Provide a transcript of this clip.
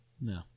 No